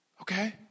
okay